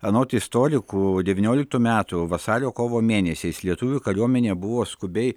anot istorikų devynioliktų metų vasario kovo mėnesiais lietuvių kariuomenė buvo skubiai